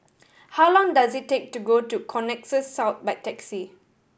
how long does it take to go to Connexis South by taxi